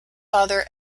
father